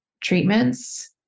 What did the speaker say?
treatments